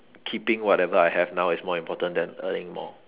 keeping whatever I have now is more important than earning more